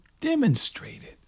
demonstrated